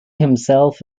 himself